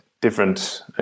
different